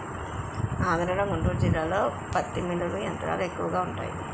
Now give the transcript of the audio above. ఆంధ్రలో గుంటూరు జిల్లాలో పత్తి మిల్లులు యంత్రాలు ఎక్కువగా వుంటాయి